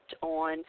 on